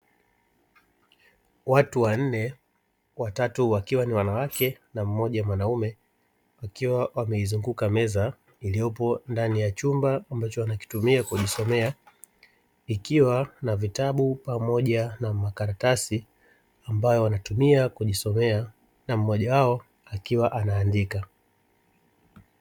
Watu wanne watatu wakiwa ni wanawake na mmoja mwanaume wakiwa wameizunguka meza, iliyopo ndani ya chumba ambacho wanakitumia kujisomea, ikiwa na vitabu pamoja na makaratasi ambayo wanatumia kujisomea na mmoja wao akiwa anaandika.